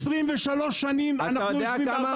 23 שנים אנחנו יושבים עם 400 שקל,